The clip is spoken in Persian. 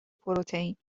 پروتئین